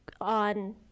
on